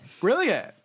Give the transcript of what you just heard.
brilliant